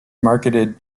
marketed